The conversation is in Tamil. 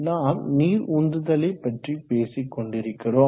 நாம் நீர் உந்துதலை பற்றி பேசிக்கொண்டு இருக்கிறோம்